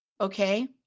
Okay